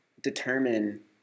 determine